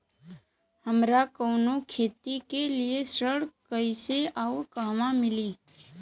हमरा कवनो खेती के लिये ऋण कइसे अउर कहवा मिली?